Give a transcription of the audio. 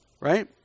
Right